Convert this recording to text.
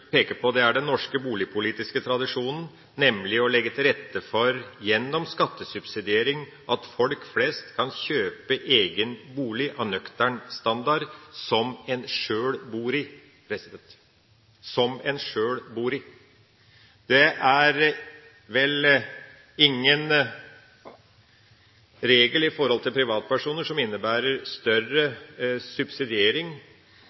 peke på her, er den norske boligpolitiske tradisjonen, nemlig å legge til rette for, gjennom skattesubsidiering, at folk flest kan kjøpe egen bolig av nøktern standard som de sjøl bor i. Det er vel ingen regler for privatpersoner som innebærer